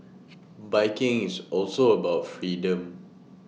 biking is also about freedom